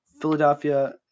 Philadelphia